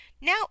Now